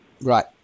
Right